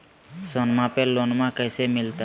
सोनमा पे लोनमा कैसे मिलते?